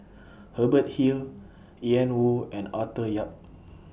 Hubert Hill Ian Woo and Arthur Yap